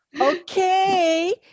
okay